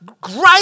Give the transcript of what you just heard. great